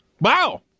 Wow